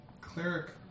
cleric